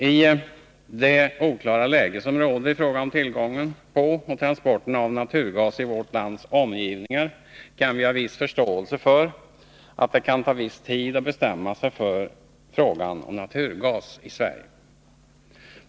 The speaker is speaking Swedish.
I det oklara läge som råder i fråga om tillgången på och transporten av naturgas i vårt lands omgivningar har vi förståelse för att det kan ta viss tid att bestämma sig när det gäller utnyttjande av naturgas i Sverige.